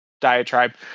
diatribe